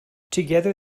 together